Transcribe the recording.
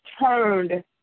turned